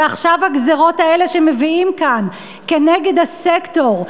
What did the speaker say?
ועכשיו הגזירות האלה שמביאים כאן כנגד הסקטור.